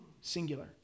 singular